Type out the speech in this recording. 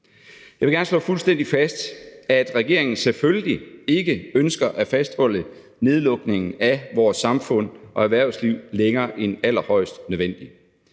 Jeg vil gerne slå fuldstændig fast, at regeringen selvfølgelig ikke ønsker at fastholde en nedlukning af vores samfund og erhvervsliv længere end allerhøjst nødvendigt.